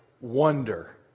wonder